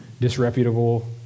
disreputable